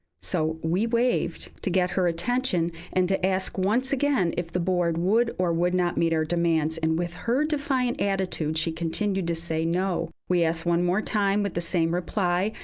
so we waved to get her attention and to ask, once again, if the board would or would not meet our demands. and with her defiant attitude, she continued to say, no. we asked one more time with the same reply,